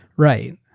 right.